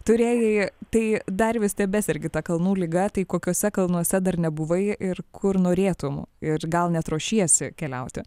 turėjai tai dar vis tebesergi ta kalnų liga tai kokiuose kalnuose dar nebuvai ir kur norėtum ir gal net ruošiesi keliauti